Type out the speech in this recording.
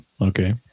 okay